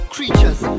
Creatures